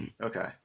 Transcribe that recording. Okay